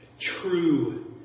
true